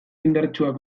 indartsuak